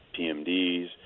PMDs